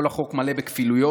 כל החוק מלא בכפילויות,